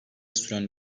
süren